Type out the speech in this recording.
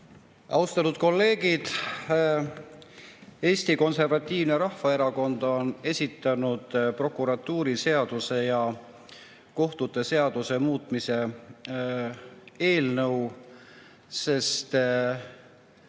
Austatud kolleegid! Eesti Konservatiivne Rahvaerakond on esitanud prokuratuuriseaduse ja kohtute seaduse muutmise [seaduse]